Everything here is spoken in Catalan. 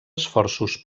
esforços